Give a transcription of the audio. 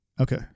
Okay